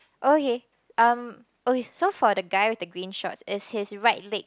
okay um okay so for the guy with the green shorts is his right leg